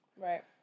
Right